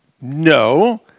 No